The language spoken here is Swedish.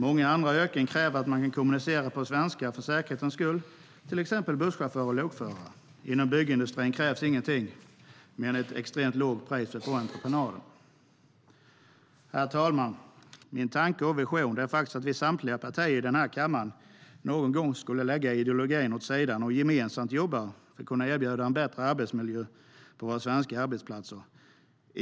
Många andra yrken kräver att man kan kommunicera på svenska för säkerhetens skull, till exempel busschaufförer och lokförare. Herr talman! Min tanke och vision är att vi, samtliga partier i denna kammare, någon gång ska lägga ideologin åt sidan och gemensamt jobba för att kunna erbjuda en bättre arbetsmiljö på våra svenska arbetsplatser.